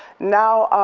now